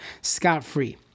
scot-free